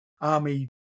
army